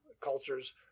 cultures